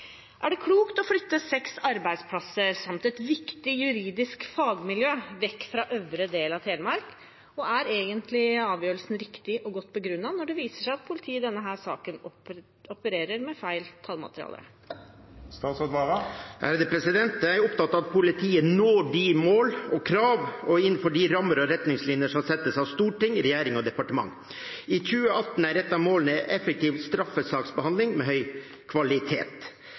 Er det klokt å flytte seks arbeidsplasser samt et viktig juridisk fagmiljø vekk fra øvre del av Telemark, og er egentlig avgjørelsen riktig og godt begrunna når det viser seg at politiet i denne saken opererer med feil tallmateriale?» Jeg er opptatt av at politiet når mål og krav innenfor de rammer og retningslinjer som settes av storting, regjering og departement. I 2018 er et av målene effektiv straffesaksbehandling med høy kvalitet.